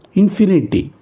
infinity